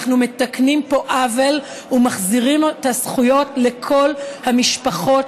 אנו מתקנים פה עוול ומחזירים את הזכויות לכל המשפחות